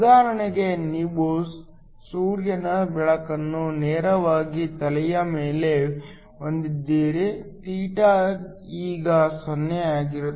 ಉದಾಹರಣೆಗೆ ನೀವು ಸೂರ್ಯನ ಬೆಳಕನ್ನು ನೇರವಾಗಿ ತಲೆಯ ಮೇಲೆ ಹೊಂದಿದ್ದರೆ θ ಈಗ 0 ಆಗುತ್ತದೆ